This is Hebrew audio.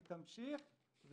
תמשיך,